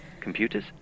Computers